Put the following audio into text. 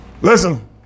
Listen